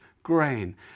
grain